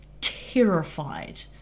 terrified